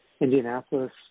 Indianapolis